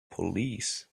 police